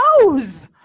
knows